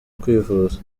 kwivuza